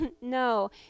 no